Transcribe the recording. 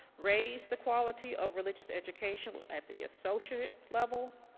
raised the quality of religious education at the association level,